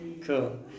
cool